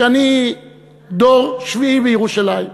שאני דור שביעי בירושלים,